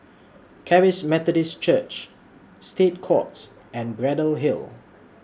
Charis Methodist Church State Courts and Braddell Hill